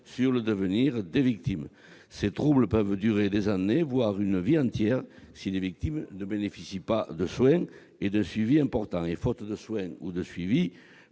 sur le devenir des victimes. Ils peuvent durer des années, voire une vie entière, si les victimes ne bénéficient pas de soins et d'un suivi important. Et faute de soins ou de suivi,